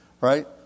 right